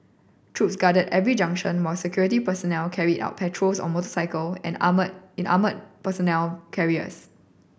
troops guarded every junction while security personnel carried out patrols on motorcycle and armoured in armoured personnel carriers